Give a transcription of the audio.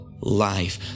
life